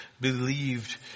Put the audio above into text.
believed